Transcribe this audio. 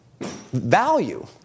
value